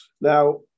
Now